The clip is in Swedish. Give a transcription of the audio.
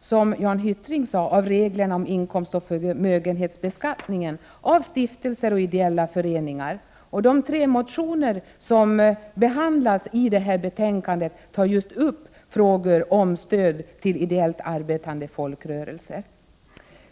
som Jan Hyttring sade, en översyn av reglerna om inkomstoch förmögenhetsbeskattning av stiftelser och ideella föreningar. De tre motioner som behandlas i detta betänkande tar just upp frågor om stödet till ideellt arbetande folkrörelser.